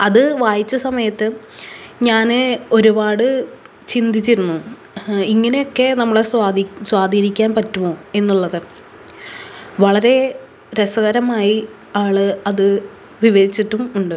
അത് വായിച്ച സമയത്ത് ഞാൻ ഒരുപാട് ചിന്തിച്ചിരുന്നു ഇങ്ങനെ ഒക്കെ നമ്മളെ സ്വാധീനം സ്വാധീനിക്കാൻ പറ്റുമോ എന്നുള്ളത് വളരെ രസകരമായി ആൾ അത് വിവരിച്ചിട്ടും ഉണ്ട്